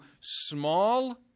small